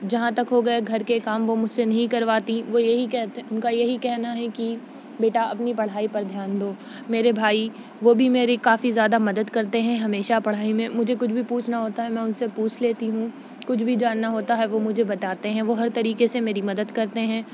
جہاں تک ہو گیا گھر کے کام وہ مجھ سے نہیں کرواتیں وہ یہی کہتے ان کا یہی کہنا ہے کہ بیٹا اپنی پڑھائی پر دھیان دو میرے بھائی وہ بھی میری کافی زیادہ مدد کرتے ہیں ہمیشہ پڑھائی میں مجھے کچھ بھی پوچھنا ہوتا ہے میں ان سے پوچھ لیتی ہوں کچھ بھی جاننا ہوتا ہے وہ مجھے بتاتے ہیں وہ ہر طریقے سے میری مدد کرتے ہیں